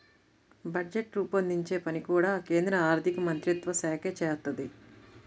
budget రూపొందించే పని కూడా కేంద్ర ఆర్ధికమంత్రిత్వశాఖే చేత్తది